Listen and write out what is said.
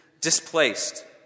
displaced